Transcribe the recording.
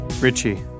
Richie